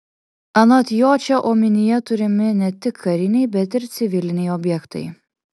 anot jo čia omenyje turimi ne tik kariniai bet ir civiliniai objektai